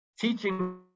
teaching